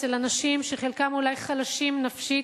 אצל אנשים שחלקם אולי חלשים נפשית,